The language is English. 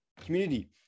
community